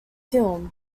firm